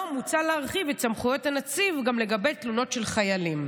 לא מוצע להרחיב את סמכויות הנציב גם לגבי תלונות של חיילים.